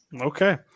Okay